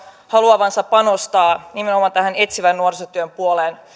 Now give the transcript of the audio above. haluavansa panostaa nimenomaan tähän etsivän nuorisotyön puoleen